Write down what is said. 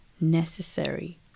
necessary